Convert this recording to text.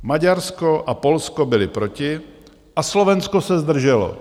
Maďarsko a Polsko byly proti a Slovensko se zdrželo.